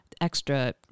extra